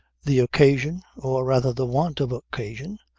the occasion, or rather the want of occasion,